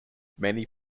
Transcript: many